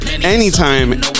Anytime